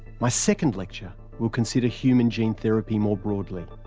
my second lecture will consider human gene therapy more broadly.